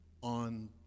on